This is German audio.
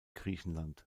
griechenland